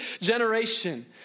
generation